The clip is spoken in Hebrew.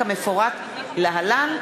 כמפורט להלן,